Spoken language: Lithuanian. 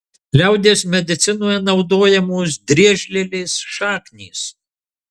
liaudies medicinoje naudojamos driežlielės šaknys